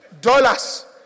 Dollars